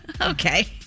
Okay